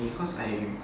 because I